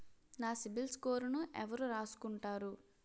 నా సిబిల్ స్కోరును ఎవరు రాసుకుంటారు